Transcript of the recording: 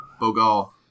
Bogal